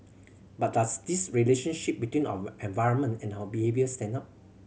but does this relationship between our environment and our behaviour stand up